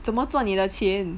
怎么赚你的钱